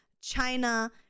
China